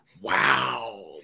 Wow